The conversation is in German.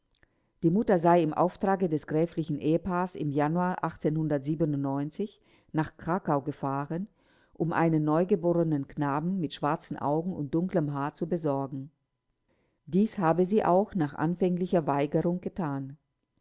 die mutter sei im auftrage des gräflichen ehepaares im januar nach krakau gefahren um einen neugeborenen knaben mit schwarzen augen und dunklem haar zu besorgen dies habe sie auch nach anfänglicher weigerung getan